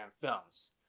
films